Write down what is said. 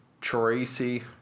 Tracy